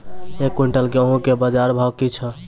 एक क्विंटल गेहूँ के बाजार भाव की छ?